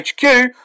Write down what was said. HQ